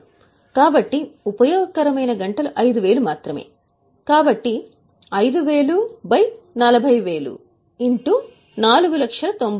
కాబట్టి ఉపయోగకరమైన గంటలు లేదా ఉపయోగకరమైన గంటలు 5000 మాత్రమే కాబట్టి 5000 40000 490000